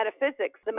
metaphysics